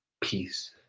peace